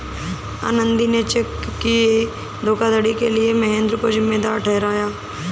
आनंदी ने चेक की धोखाधड़ी के लिए महेंद्र को जिम्मेदार ठहराया